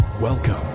Welcome